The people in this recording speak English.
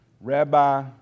Rabbi